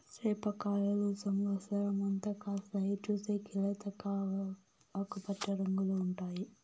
సేప కాయలు సమత్సరం అంతా కాస్తాయి, చూసేకి లేత ఆకుపచ్చ రంగులో ఉంటాయి